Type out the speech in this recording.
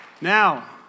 Now